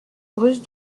brusques